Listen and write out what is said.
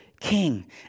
king